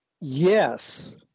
Yes